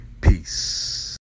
Peace